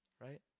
right